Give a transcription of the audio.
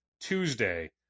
tuesday